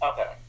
Okay